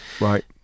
Right